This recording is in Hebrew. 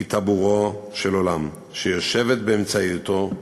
היא טבורו של עולם, שיושבת באמצעיתו,